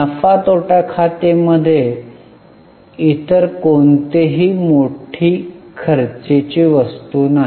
नफा तोटा खाते मध्ये इतर कोणतीही मोठी खर्चीची वस्तू नाही